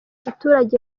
abaturage